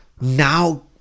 now